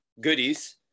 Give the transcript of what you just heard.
goodies